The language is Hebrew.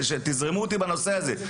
תזרמו איתי בנושא הזה,